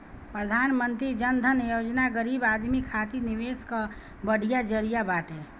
प्रधानमंत्री जन धन योजना गरीब आदमी खातिर निवेश कअ बढ़िया जरिया बाटे